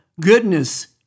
goodness